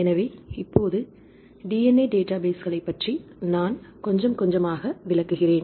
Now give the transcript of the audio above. எனவே இப்போது DNA டேட்டாபேஸ்களைப் பற்றி நான் கொஞ்சம் கொஞ்சமாகச் விளக்குகிறேன்